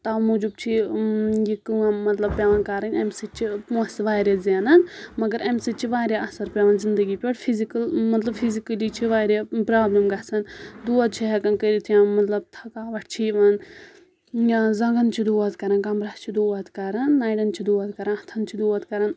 تمہِ موجوٗب چھُ یِہ کٲم مطلب پؠوان کَرٕنۍ امہِ سۭتۍ چھُ پونسہٕ واریاہ زینان مَگر امہِ سۭتۍ چھُ واریاہ اَثر پؠوان زِندگی پؠٹھ پھِزِکل مطلب پھِزکٔلی چھ واریاہ پرابلِم گَژھان دود چھُ ہٮ۪کان کٔرِتھ یا مطلب تھَکاوَٹ چھُ یِوان یا زَنٛگَن چھُ دود کَران کَمبرَس چھُ دود کَران نَرؠن چھُ دود کَران اتھن چھُ دود کران